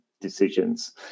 decisions